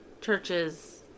churches